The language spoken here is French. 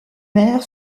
mère